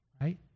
right